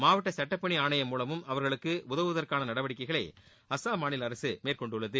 மாவட்ட சுட்டப்பணி ஆணையம் மூலமும் அவர்களுக்கு உதவுவதற்கான நடவடிக்கைகளை அசாம் மாநில அரசு மேற்கொண்டுள்ளது